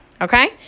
okay